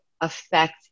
affect